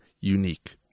unique